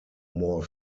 more